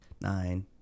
nine